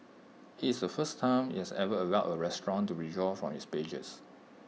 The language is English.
IT is the first time IT has ever allowed A restaurant to withdraw from its pages